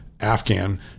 Afghan